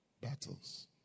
Battles